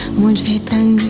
one thing.